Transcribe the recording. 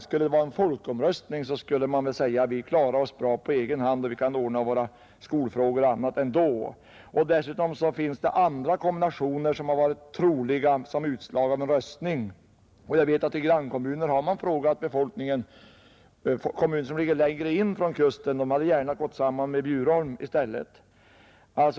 Skulle det företas en folkomröstning där, skulle befolkningen säga: ”Vi klarar oss bra på egen hand och kan ordna våra skolfrågor och annat ändå.” Dessutom kunde andra kombinationer tänkas som utslag av en omröstning. Jag vet att man i en grannkommun, som ligger längre in från kusten, har frågat befolkningen, som gärna vill gå samman med Bjurholm i stället.